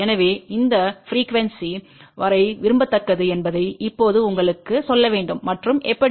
எனவே எந்த ப்ரிக்யூவென்ஸி வரை விரும்பத்தக்கது என்பதை இப்போது உங்களுக்குச் சொல்ல வேண்டும் மற்றும் எப்படி